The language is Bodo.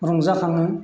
रंजाखाङो